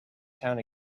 town